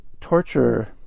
torture